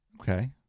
Okay